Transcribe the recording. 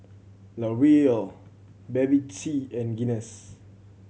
L Oreal Bevy C and Guinness